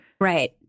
Right